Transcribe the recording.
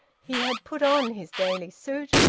he had put on his daily suit,